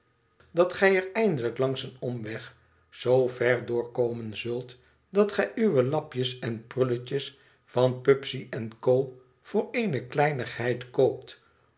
dat gij er eindelijk langs een omweg zoo ver door komen zult dat gij uwe lapjes en prulletjes van pubsey en co voor eene kleinigheid koopt